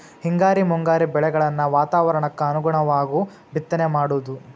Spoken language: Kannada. ಹಿಂಗಾರಿ ಮುಂಗಾರಿ ಬೆಳೆಗಳನ್ನ ವಾತಾವರಣಕ್ಕ ಅನುಗುಣವಾಗು ಬಿತ್ತನೆ ಮಾಡುದು